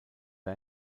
die